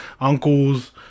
uncles